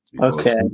Okay